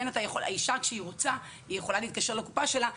כשהאישה רוצה היא יכולה להתקשר לקופה שלה ולהגיד: